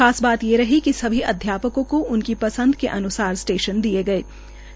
खास बात ये रही कि सभी अध्यापकों को उनकी पसंद के अन्ार स्टेशन दिए जायेंगे